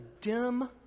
dim